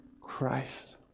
Christ